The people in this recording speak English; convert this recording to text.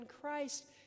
Christ